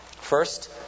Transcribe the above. First